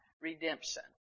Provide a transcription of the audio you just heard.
Redemption